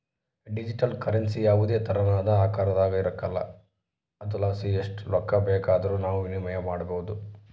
digital currency ಯಾವುದೇ ತೆರನಾದ ಆಕಾರದಾಗ ಇರಕಲ್ಲ ಆದುರಲಾಸಿ ಎಸ್ಟ್ ರೊಕ್ಕ ಬೇಕಾದರೂ ನಾವು ವಿನಿಮಯ ಮಾಡಬೋದು